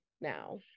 now